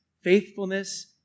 faithfulness